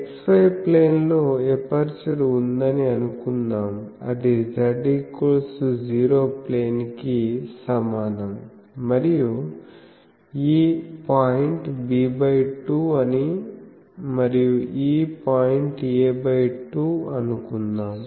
x y plane లో aperture ఉందని అనుకుందాం అది z 0 ప్లేన్ కి సమానం మరియు ఈ పాయింట్ b2 అని మరియు ఈ పాయింట్ a2 అనుకుందాం